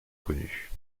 connue